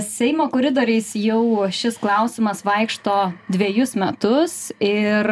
seimo koridoriais jau šis klausimas vaikšto dvejus metus ir